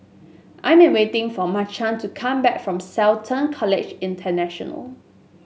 I am waiting for Mychal to come back from Shelton College International